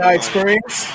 experience